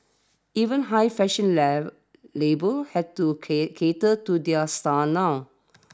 even high fashion lave labels had to care cater to their styles now